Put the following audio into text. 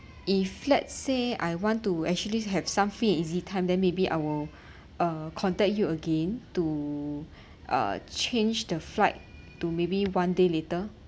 if let's say I want to actually have some free and easy time then maybe I will uh contact you again to uh change the flight to maybe one day later